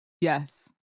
Yes